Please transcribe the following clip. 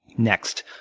next,